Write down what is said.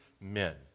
men